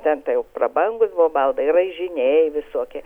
ten tai jau prabangūs buvo baldai raižiniai visokie